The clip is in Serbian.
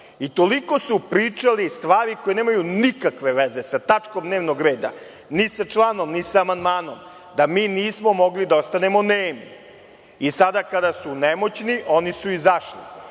i toliko su pričali stvari koje nemaju nikakve veze sa tačkom dnevnog reda, ni sa članom, ni sa amandmanom, da mi nismo mogli da ostanemo nemi. Sada kada su nemoćni, oni su izašli. Jedna